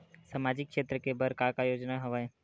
सामाजिक क्षेत्र के बर का का योजना हवय?